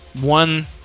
one